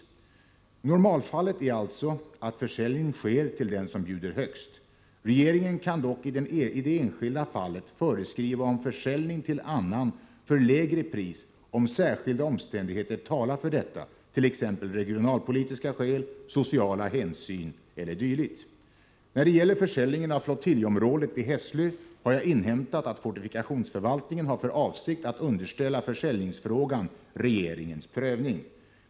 Normalfallet är alltså att försäljning sker till den som bjuder högst. Regeringen kan dock i det enskilda fallet föreskriva om försäljning till annan för lägre pris om särskilda omständigheter talar för detta, t.ex. regionalpolitiska skäl, sociala hänsyn e.d. När det gäller försäljningen av flottiljområdet vid Hässlö har jag inhämtat att fortifikationsförvaltningen har för avsikt att underställa försäljningsfrågan regeringens prövning.